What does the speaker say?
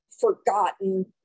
forgotten